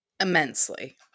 immensely